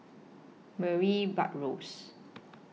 Murray Buttrose